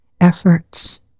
efforts